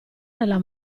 nella